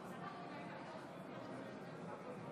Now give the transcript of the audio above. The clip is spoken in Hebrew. הודעה ליושב-ראש ועדת הכנסת חבר הכנסת אורבך.